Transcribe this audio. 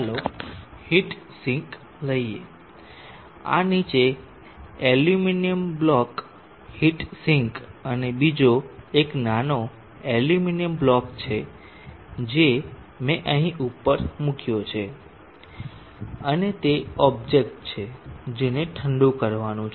ચાલો heat sink લઈએ આ નીચે એલ્યુમિનિયમ બ્લોક હીટ સિંક અને બીજો એક નાનો એલ્યુમિનિયમ બ્લોક છે જે મેં અહીં ઉપર મૂક્યો છે અને તે ઓબ્જેકટ છે જેને ઠંડુ કરવાનું છે